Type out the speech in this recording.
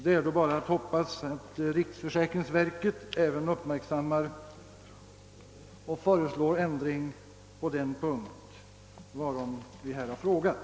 Det är bara att hoppas att riksförsäkringsverket också uppmärksammar saken och föreslår ändringar i den punkt varom vi har frågat.